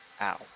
Ow